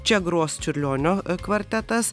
čia gros čiurlionio kvartetas